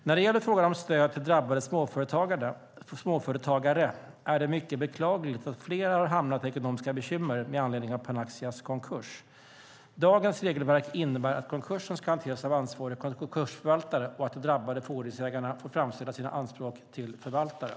När det gäller frågan om stöd till drabbade småföretagare är det mycket beklagligt att flera har hamnat i ekonomiska bekymmer med anledning av Panaxias konkurs. Dagens regelverk innebär att konkursen ska hanteras av ansvarig konkursförvaltare och att de drabbade fordringsägarna får framställa sina anspråk till förvaltaren.